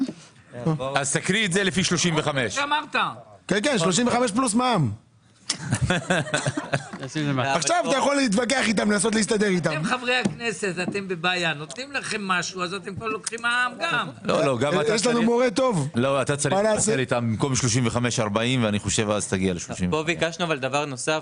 אז תקריא את זה לפי 35. פה ביקשנו דבר נוסף,